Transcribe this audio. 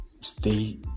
stay